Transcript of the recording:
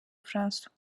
francois